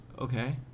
okay